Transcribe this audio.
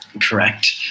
correct